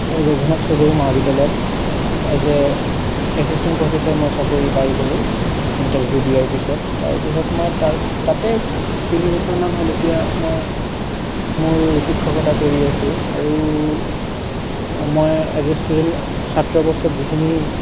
ৰঘুনাথ চৌধুৰী মহাবিদ্যালয়ত as a assistant professor হিচাপে চাকৰি পাই গ'লোঁ ইণ্টাৰ্ভিউ দিয়াৰ পিছত তাৰ পিছত মই তাত তাতেই তিনি বছৰমান হ'ল এতিয়া মই মোৰ শিক্ষকতা কৰি আছোঁ আৰু মই এজ এ ষ্টুডেণ্ট ছাত্ৰ অৱস্থাত যিখিনি